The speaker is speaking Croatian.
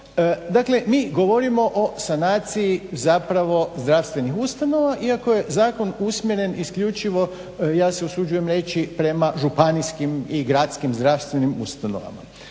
Dakle mi govorimo o sanaciji zapravo zdravstvenih ustanova iako je zakon usmjeren isključivo ja se usuđujem reći prema županijskim i gradskim zdravstvenim ustanovama.